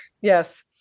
Yes